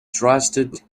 trusted